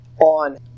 on